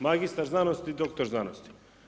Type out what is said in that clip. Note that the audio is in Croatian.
Magistar znanosti i doktor znanosti.